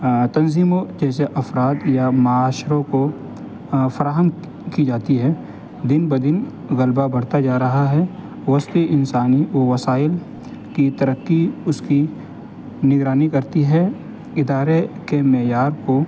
تنظیموں کے افراد یا معاشروں کو فراہم کی جاتی ہے دن بدن غلبہ بڑھتا جا رہا ہے اس کی انسانی وسائل کی ترقی اس کی نگرانی کرتی ہے ادارے کے معیار کو